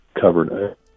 covered